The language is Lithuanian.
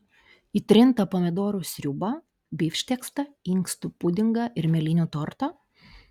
į trintą pomidorų sriubą bifšteksą inkstų pudingą ir mėlynių tortą